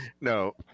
No